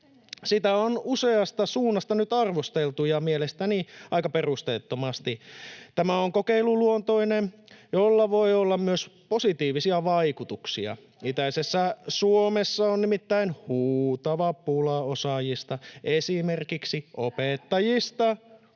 Sitä on useasta suunnasta nyt arvosteltu ja mielestäni aika perusteettomasti. Tämä on kokeiluluontoinen, jolla voi olla myös positiivisia vaikutuksia. [Sari Multala: Tai sitten ei!] Itäisessä Suomessa on nimittäin huutava pula osaajista, esimerkiksi opettajista,